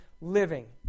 living